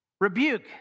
Rebuke